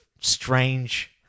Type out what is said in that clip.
strange